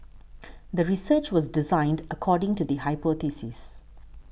the research was designed according to the hypothesis